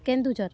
Keonjhar